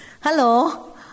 Hello